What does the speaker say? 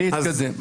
אני אתקדם.